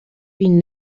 been